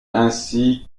ainsi